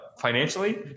financially